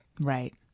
Right